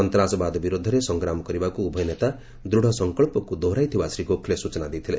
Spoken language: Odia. ସନ୍ତାସବାଦ ବିରୋଧରେ ସଂଗ୍ରାମ କରିବାକୁ ଉଭୟ ନେତା ଦୂଢ଼ ସଙ୍କଚ୍ଚକୁ ଦୋହରାଇଥିବା ଶ୍ରୀ ଗୋଖ୍ଲେ ସ୍ଟଚନା ଦେଇଥିଲେ